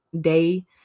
day